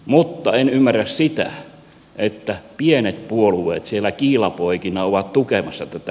mutta en ymmärrä sitä että pienet puolueet siellä kiilapoikina ovat tukemassa tätä